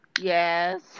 Yes